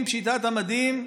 עם פשיטת המדים,